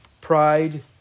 pride